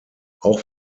auch